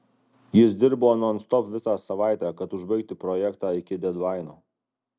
jis dirbo nonstop visą savaitę kad užbaigti projektą iki dedlaino